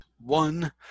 One